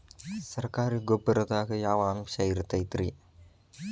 ಸರಕಾರಿ ಗೊಬ್ಬರದಾಗ ಯಾವ ಅಂಶ ಇರತೈತ್ರಿ?